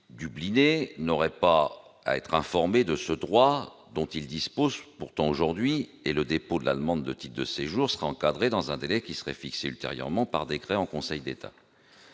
dublinés » n'auraient pas à être informés de ce droit dont ils disposent pourtant aujourd'hui, et le dépôt de la demande de titre de séjour serait encadré dans un délai qui serait fixé ultérieurement par décret en Conseil d'État.